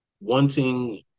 wanting